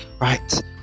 right